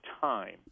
time